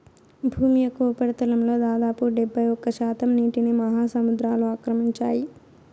భూమి యొక్క ఉపరితలంలో దాదాపు డెబ్బైఒక్క శాతం నీటిని మహాసముద్రాలు ఆక్రమించాయి